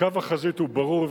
קו החזית הוא ברור,